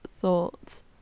thoughts